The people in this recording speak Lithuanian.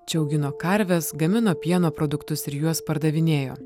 čia augino karves gamino pieno produktus ir juos pardavinėjo